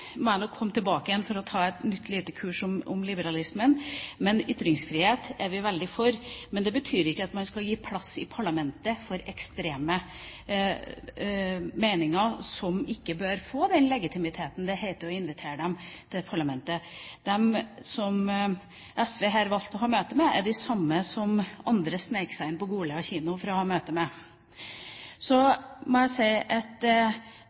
komme tilbake for å holde et nytt, lite kurs om liberalismen. For ytringsfrihet er vi veldig for, men det betyr ikke at man skal gi plass i parlamentet for ekstreme meninger, som ikke bør få den legitimiteten det gir å invitere til parlamentet. De som SV her valgte å ha møte med, er de samme som andre snek seg inn på Godlia kino for å ha møte med. Så må jeg si at det eneste som har vært veldig positivt i denne debatten, er at